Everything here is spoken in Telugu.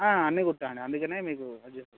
అన్నీ కుట్టండి అందుకనే మీకు